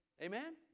Amen